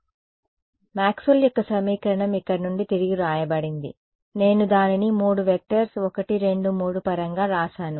కాబట్టి మాక్స్వెల్ యొక్క సమీకరణం ఇక్కడ నుండి తిరిగి వ్రాయబడింది నేను దానిని 3 వెక్టర్స్ 1 2 3 పరంగా వ్రాసాను